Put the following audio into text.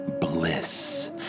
bliss